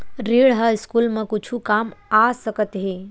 ऋण ह स्कूल मा कुछु काम आ सकत हे?